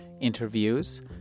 interviews